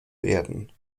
werden